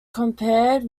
compared